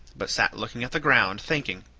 but sat looking at the ground, thinking.